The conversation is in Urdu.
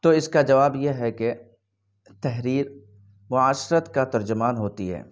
تو اس کا جواب یہ ہے کہ تحریر معاشرت کا ترجمان ہوتی ہے